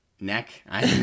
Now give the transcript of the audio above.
Neck